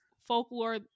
folklore